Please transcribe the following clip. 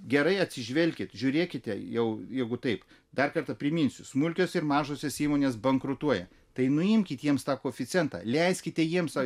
gerai atsižvelkit žiūrėkite jau jeigu taip dar kartą priminsiu smulkios ir mažosios įmonės bankrutuoja tai nuimkit jiems tą koeficientą leiskite jiems o